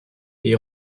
est